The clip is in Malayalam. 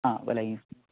ആ അല്ല